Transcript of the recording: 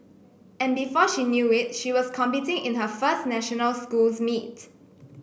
and before she knew it she was competing in her first national schools meet